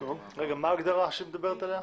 מה ההגדרה שהיא מדברת עליה?